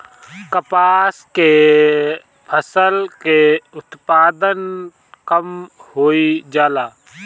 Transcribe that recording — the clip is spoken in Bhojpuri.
कपास के फसल के उत्पादन कम होइ जाला?